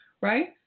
right